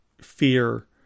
fear